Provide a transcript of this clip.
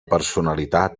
personalitat